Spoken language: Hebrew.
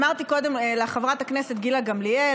אמרתי קודם לחברת הכנסת גילה גמליאל